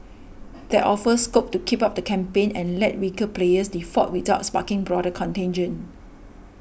that offers scope to keep up the campaign and let weaker players default without sparking broader contagion